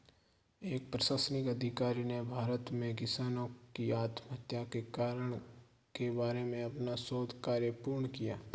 एक प्रशासनिक अधिकारी ने भारत में किसानों की आत्महत्या के कारण के बारे में अपना शोध कार्य पूर्ण किया